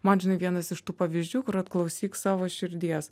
man žinai vienas iš tų pavyzdžių kur vat klausyk savo širdies